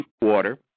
water